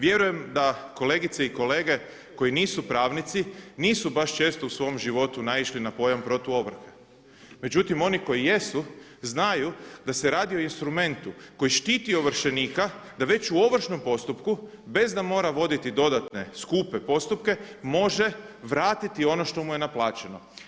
Vjerujem da kolegice i kolege koji nisu pravnici nisu baš često u svom životu naišli na pojam protuovrhe međutim oni koji jesu znaju da se radi o instrumentu koji štiti ovršenika da već u ovršnom postupku bez da mora voditi dodatne skupe postupke može vratiti ono što mu je naplaćeno.